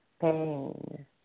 pain